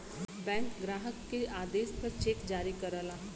bank ग्राहक के आदेश पर चेक जारी करला